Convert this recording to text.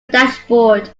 dashboard